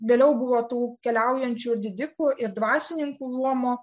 vėliau buvo tų keliaujančių ir didikų ir dvasininkų luomo